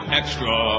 extra